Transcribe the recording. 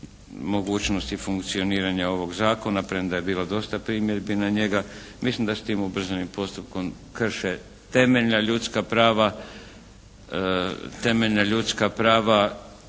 mogućnosti funkcioniranja ovog zakona premda je bilo dosta primjedbi na njega. Mislim da s tim ubrzanim postupkom krše temeljna ljudska prava bilo kojih,